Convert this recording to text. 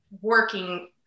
working